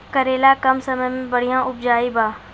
करेला कम समय मे बढ़िया उपजाई बा?